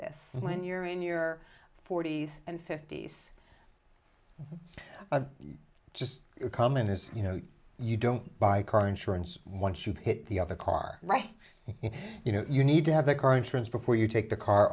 this when you're in your forty's and fifty's just comment is you know you don't buy car insurance once you hit the other car right you know you need to have the car insurance before you take the car